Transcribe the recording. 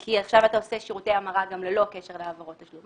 כי עכשיו אתה עושה שירותי המרה גם ללא קשר להעברות תשלום,